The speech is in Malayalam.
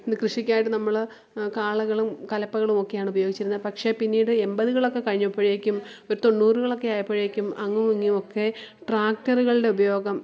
അന്ന് കൃഷിക്കായിട്ട് നമ്മൾ കാളകളും കലപ്പകളും ഒക്കെയാണ് ഉപയോഗിച്ചിരുന്നത് പക്ഷേ പിന്നീട് എൺപതുകളൊക്കെ കഴിഞ്ഞപ്പോഴേക്കും ഒരു തൊണ്ണൂറുകളൊക്കെ ആയപ്പോഴേക്കും അങ്ങും ഇങ്ങുമൊക്കെ ട്രാക്ടറുകളുടെ ഉപയോഗം